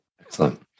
Excellent